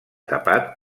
tapat